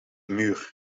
muur